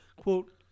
quote